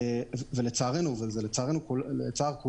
לצערנו זה לא קורה.